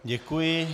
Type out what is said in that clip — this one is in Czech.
Děkuji.